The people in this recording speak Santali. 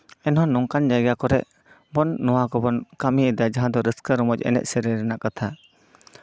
ᱮᱱᱦᱚᱸ ᱱᱚᱝᱠᱟᱱ ᱡᱟᱭᱜᱟ ᱠᱚᱨᱮᱜ ᱱᱚᱣᱟ ᱠᱚᱵᱚᱱ ᱠᱟᱹᱢᱤᱭᱮᱫᱟ ᱡᱟᱦᱟᱸ ᱫᱚ ᱨᱟᱹᱥᱠᱟᱹ ᱨᱚᱢᱚᱡᱽ ᱮᱱᱮᱡ ᱥᱮᱨᱮᱧ ᱨᱮᱱᱟᱜ ᱠᱟᱛᱷᱟ